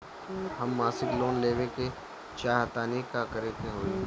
हम मासिक लोन लेवे के चाह तानि का करे के होई?